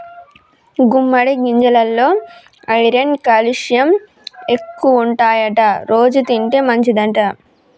గుమ్మడి గింజెలల్లో iron calcium ఎక్కువుంటాయట రోజు తింటే మంచిదంట